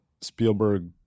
Spielberg